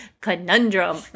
Conundrum